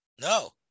No